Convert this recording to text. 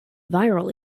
viral